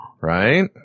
right